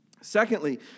Secondly